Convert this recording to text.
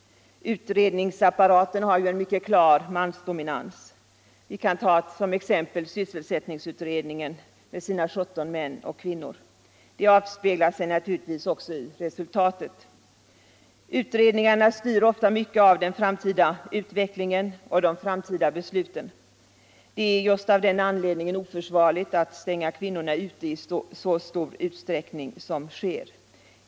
Utredningsapparaten har ju en mycket klar mansdominans. Vi kan ta som exempel sysselsättningsutredningen med sina 17 män och I kvinna. Den sammansättningen avspeglar sig också i resultatet. Utredningarna styr ofta mycket av den framtida utvecklingen och de framtida besluten. Det är av den anledningen oförsvarligt att stänga kvinnorna ute i så stor utsträckning som sker.